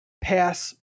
pass